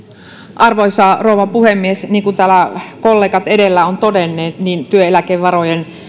arvoisa rouva puhemies niin kuin täällä kollegat edellä ovat todenneet työeläkevarojen